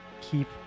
Keep